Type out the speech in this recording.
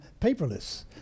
paperless